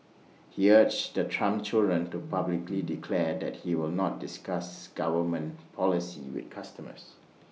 he urged the Trump children to publicly declare that he will not discuss government policy with customers